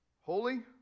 holy